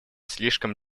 слишком